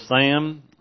Sam